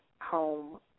home